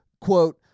quote